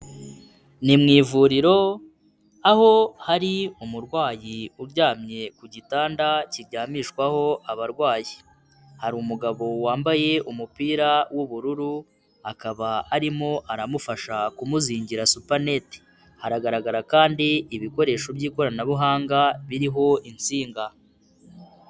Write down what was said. Ni mu ivuriro, aho hari umurwayi uryamye ku gitanda kiryamishwaho abarwayi, hari umugabo wambaye umupira w'ubururu, akaba arimo aramufasha kumuzingira supanete, haragaragara kandi ibikoresho by'ikoranabuhanga biriho insinga.